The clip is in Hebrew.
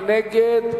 מי נגד?